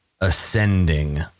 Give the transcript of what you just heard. ascending